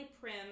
prim